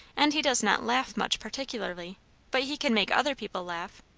and he does not laugh much particularly but he can make other people laugh.